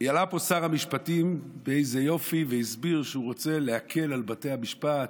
עלה פה שר המשפטים באיזה יופי והסביר שהוא רוצה להקל על בתי המשפט,